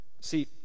See